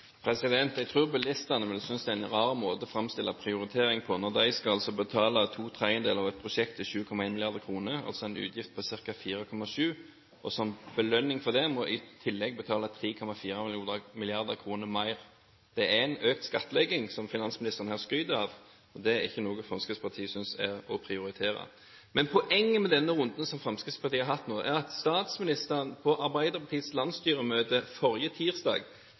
Jeg tror bilistene vil synes det er en rar måte å framstille prioritering på når de skal betale to tredjedeler av et prosjekt til 7,1 mrd. kr, altså en utgift på ca. 4,7 mrd. kr, og som belønning for det i tillegg må betale 3,4 mrd. kr. Det er en økt skattlegging som finansministeren her skryter av, og det er ikke noe Fremskrittspartiet synes er å prioritere. Poenget med denne runden som Fremskrittspartiet har hatt nå, er at statsministeren på Arbeiderpartiets landsstyremøte forrige tirsdag